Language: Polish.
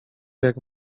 jak